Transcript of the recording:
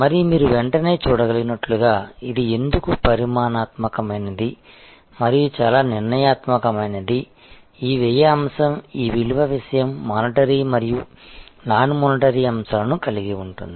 మరియు మీరు వెంటనే చూడగలిగినట్లుగా ఇది ఎందుకు పరిమాణాత్మకమైనది మరియు చాలా నిర్ణయాత్మకమైనది ఈ వ్యయ అంశం ఈ విలువ విషయం మానిటరీ మరియు నాన్ మోనిటరీ అంశాలను కలిగి ఉంటుంది